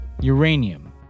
uranium